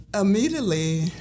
immediately